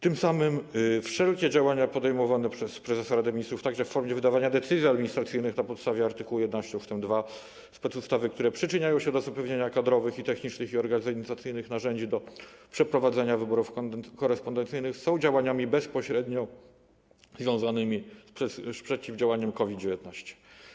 Tym samym wszelkie działania podejmowane przez prezesa Rady Ministrów, także w formie wydawania decyzji administracyjnych na podstawie art. 11 ust. 2 specustawy, które przyczyniają się do zapewnienia kadrowych i technicznych i organizacyjnych narzędzi do przeprowadzenia wyborów korespondencyjnych, są działaniami bezpośrednio związanymi z przeciwdziałaniem COVID-19.